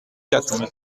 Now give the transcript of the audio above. quatre